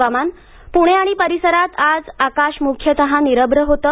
हवामान पुणे आणि परिसरात आज आकाश मुख्यत निरभ्र होतं